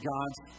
God's